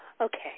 Okay